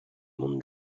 monde